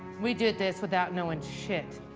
we did this without knowing shit.